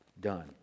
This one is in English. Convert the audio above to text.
done